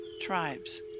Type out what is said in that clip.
tribes